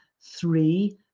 three